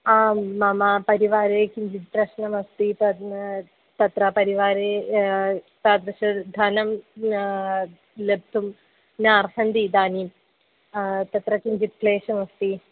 आं मम परिवारे किञ्चित् प्रश्नमस्ति तत् तत्र परिवारे तादृश धनं लब्धुं न अर्हन्ति इदानीं तत्र किञ्चित् क्लेशमस्ति